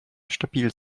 stabil